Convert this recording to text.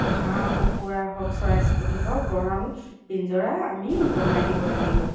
হাঁহ কুকুৰা হওক চৰাই চিৰিকটি হওক গঁৰাল পিঞ্জৰা আমি বনাই দিব লাগিব